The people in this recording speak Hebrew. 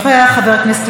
חבר הכנסת מיכאל מלכיאלי,